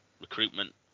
recruitment